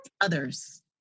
others